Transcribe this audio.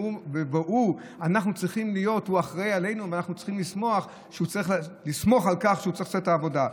הוא אחראי עלינו ואנחנו צריכים לסמוך על כך שהוא צריך לעשות את העבודה.